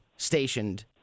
Stationed